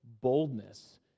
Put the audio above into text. boldness